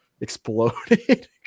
exploded